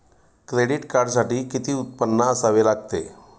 Credit कार्डसाठी किती उत्पन्न असावे लागते?